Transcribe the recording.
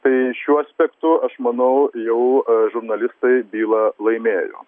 tai šiuo aspektu aš manau jau žurnalistai bylą laimėjo